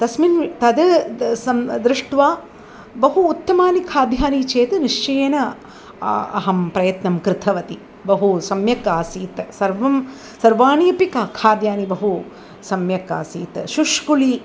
तस्मिन् तद् त् सं दृष्ट्वा बहु उत्तमानि खाद्यानि चेत् निश्चयेन अहं प्रयत्नं कृतवती बहु सम्यक् आसीत् सर्वं सर्वाणि अपि क खाद्यानि बहु सम्यक् आसीत् शुष्कुळी